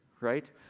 right